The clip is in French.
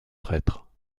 prêtre